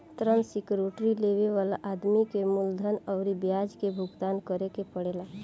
ऋण सिक्योरिटी लेबे वाला आदमी के मूलधन अउरी ब्याज के भुगतान करे के पड़ेला